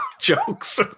jokes